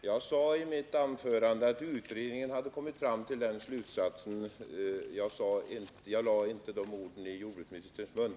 Herr talman! Jag sade i mitt anförande att utredningen hade kommit till den här slutsatsen. Jag lade inte de orden i jordbruksministerns mun.